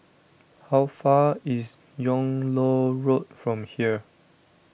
how far is Yung Loh Road from here